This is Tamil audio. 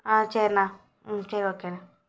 ஆம் சரிண்ணா ஆம் சரி ஓகேண்ணா